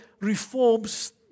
reforms